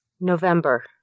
November